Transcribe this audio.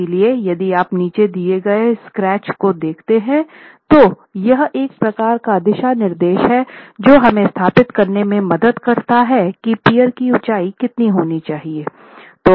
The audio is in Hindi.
इसलिए यदि आप नीचे दिए गए स्केच को देखते हैं तो यह एक प्रकार का दिशानिर्देश है जो हमें स्थापित करने में मदद करता है की पीयर की ऊंचाई कितनी होनी चाहिए